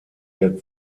der